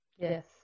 Yes